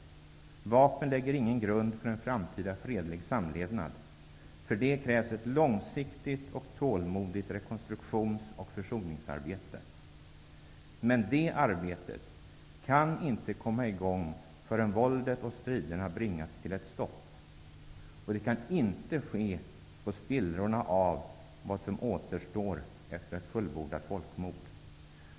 Vapen lägger ingen grund för en framtida fredlig samlevnad. För det krävs ett långsiktigt och tålmodigt rekonstruktions och försoningsarbete. Men det arbetet kan inte komma i gång förrän våldet och striderna bringats till ett stopp. Och det kan inte ske på spillrorna av vad som återstår efter ett fullbordat folkmord.